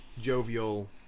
jovial